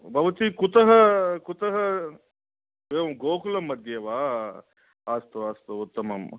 भवती कुतः कुतः एवं गोकुलमध्ये वा अस्तु अस्तु उत्तमम्